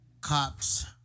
cops